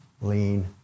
lean